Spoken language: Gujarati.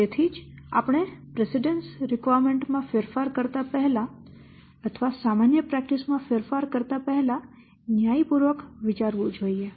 તેથી જ આપણે પ્રીસિડેન્સ રિક્વાયરમેન્ટ માં ફેરફાર કરતા પહેલા અથવા સામાન્ય પ્રેકટીસ માં ફેરફાર કરતા પહેલા ન્યાયીપૂર્વક વિચારવું જોઇએ